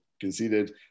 conceded